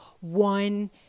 one